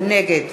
נגד